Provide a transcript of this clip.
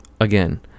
Again